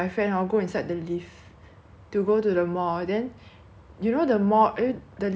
you know the mall e~ the lift right inside got someone pressing open and close for the buttons leh